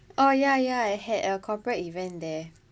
oh ya ya I had a corporate event there